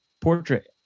portrait